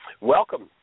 welcome